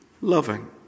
loving